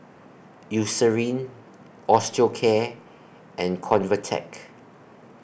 Eucerin Osteocare and Convatec